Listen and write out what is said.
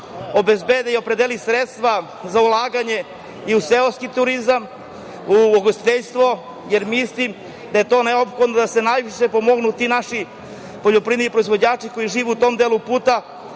obezbedi i opredeli sredstva za ulaganje i u seoski turizam, u ugostiteljstvo, jer mislim da je to neophodno da se najviše pomognu ti naši poljoprivredni proizvođači koji žive na tom delu puta,